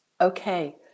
okay